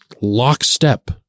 lockstep